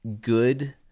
good